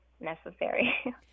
necessary